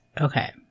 okay